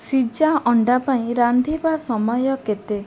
ସିଜା ଅଣ୍ଡା ପାଇଁ ରାନ୍ଧିବା ସମୟ କେତେ